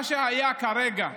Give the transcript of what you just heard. מה שהיה כרגע,